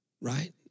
Right